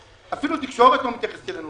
אפילו התקשורת לא מתייחסת אלינו.